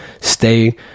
stay